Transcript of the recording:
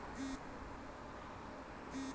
दुर्घटना बीमा, एक किस्मेर बीमा ही ह छे